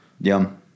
Yum